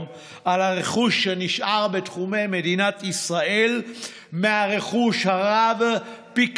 על הרכוש שנשאר בתחומי מדינת ישראל מהרכוש הרב פי